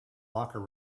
locker